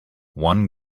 one